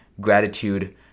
Gratitude